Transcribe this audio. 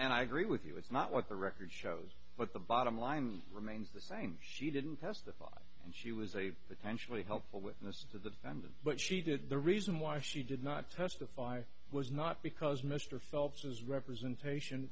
and i agree with you it's not like the record shows but the bottom line remains the saying she didn't testify and she was a potentially helpful with this to them but she did the reason why she did not testify was not because mr phelps's representation